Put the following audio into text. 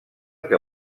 que